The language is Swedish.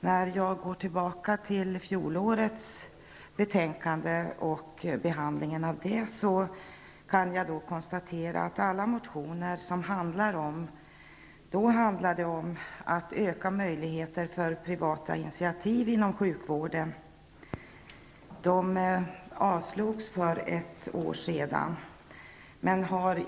Efter att ha gått tillbaka till fjolårets betänkande och behandlingen av det har jag kunnat konstatera att alla motioner som då handlade om att öka möjligheter för privata initiativ inom sjukvården avslogs för ett år sedan.